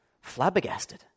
flabbergasted